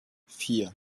vier